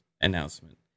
announcement